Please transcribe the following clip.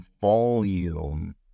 volume